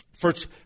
First